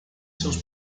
seus